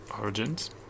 origins